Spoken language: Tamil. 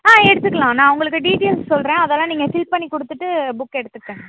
ஆ எடுத்துக்கலாம் நான் உங்களுக்கு டீடெயில்ஸ் சொல்கிறேன் அதெல்லாம் நீங்கள் ஃபில் பண்ணி கொடுத்துட்டு புக்கை எடுத்துக்கோங்க